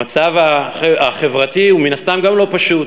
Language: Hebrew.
המצב החברתי, מן הסתם גם הוא לא פשוט.